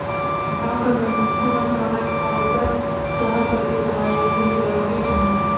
गाँव कर मइनसे मन कमाए खाए बर सहर कती आए में लगिन अहें